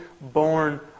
born